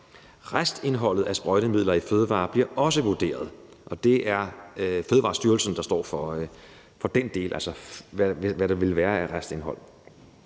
Restindholdet af sprøjtemidler i fødevarer bliver også vurderet, og det er Fødevarestyrelsen, der står for den del, altså hvad der vil være af restindhold.